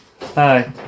Hi